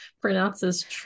pronounces